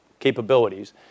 capabilities